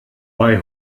bei